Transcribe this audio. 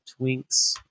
twinks